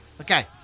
Okay